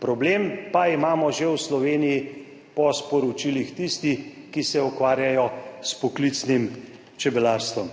Problem pa imamo že v Sloveniji po sporočilih tistih, ki se ukvarjajo s poklicnim čebelarstvom.